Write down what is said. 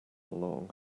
long